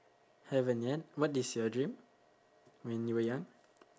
haven't yet what is your dream when you were young